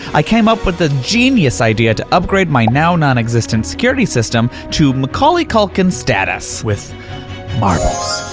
i came up with the genius idea to upgrade my now non-existent security system to macaulay culkin status, with marbles.